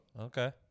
Okay